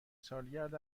سالگرد